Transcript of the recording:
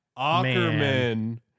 Ackerman